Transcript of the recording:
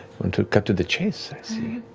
want to cut to the chase, i see.